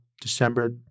December